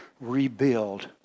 rebuild